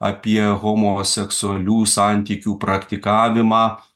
apie homoseksualių santykių praktikavimą